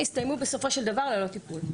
הסתיימו בסופו של דבר ללא טיפול,